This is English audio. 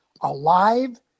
alive